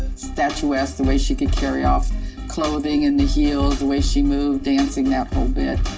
statuesque, the way she could carry off clothing and the heels, the way she moved, dancing, that whole bit.